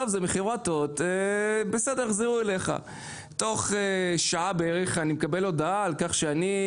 בערך תוך שעה לאחר השיחה אני מקבל הודעה האומרת: